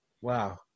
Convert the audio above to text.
Wow